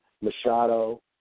Machado